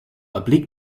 oblique